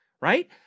right